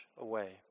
away